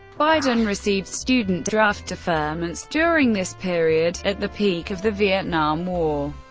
biden received student draft deferments during this period, at the peak of the vietnam war,